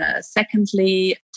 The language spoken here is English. secondly